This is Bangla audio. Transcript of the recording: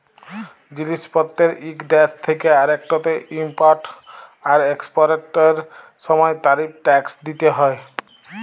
জিলিস পত্তের ইক দ্যাশ থ্যাকে আরেকটতে ইমপরট আর একসপরটের সময় তারিফ টেকস দ্যিতে হ্যয়